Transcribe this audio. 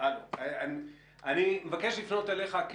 אני מבקש לפנות אליך,